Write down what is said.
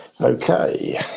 Okay